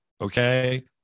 Okay